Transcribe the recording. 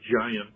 giant